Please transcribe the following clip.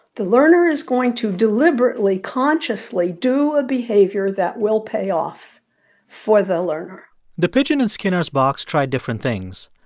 the learner is going to deliberately, consciously, do a behavior that will pay off for the learner the pigeon in skinner's box tried different things.